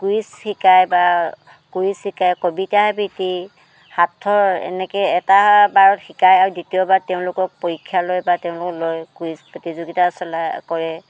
quiz শিকায় বা quiz শিকায় কবিতা আবৃত্তি সাঁথৰ এনেকৈ এটা বাৰত শিকায় আৰু দ্বিতীয়বাৰত তেওঁলোকক পৰীক্ষা লয় বা তেওঁলোকক লৈ কুইজ প্ৰতিযোগীতা চলায় কৰে